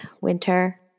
winter